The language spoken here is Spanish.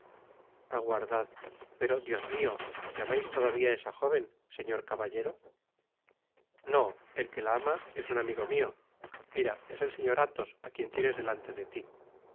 aguardad pero dios mio que amais todavia á esa jóven señor caballero f no el que la ama es un amigo mio mira es el señor athos á quien tienes delante de ti